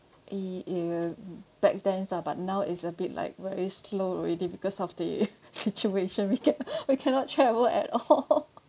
err uh back then lah but now it's a bit like very slow already because of the situation we can~ we cannot travel at all